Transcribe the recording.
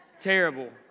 Terrible